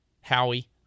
Howie